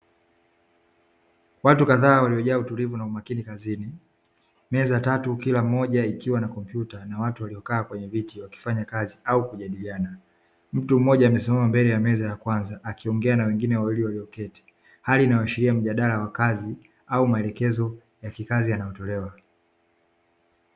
Watu kadhaa waliojaa utulivu na umakini kazini meza tatu kila moja ikiwa na kompyuta na watu waliokaa kwenye viti wakifanya kazi au kujadiliana, mtu mmoja amesimama mbele ya meza ya kwanza akiongea na wengine wawili walioketi hali inayoashiria mjadala wa kazi au maelekezo ya kikazi yanayotolewa.